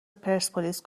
پرسپولیس